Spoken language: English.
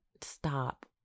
stop